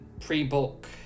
pre-book